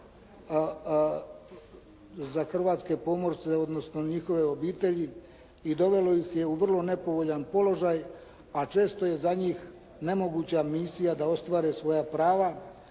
za hrvatske pomorce, odnosno njihove obitelji i dovelo ih je u vrlo nepovoljan položaj, a često je za njih nemoguća misija da ostvare svoja prava.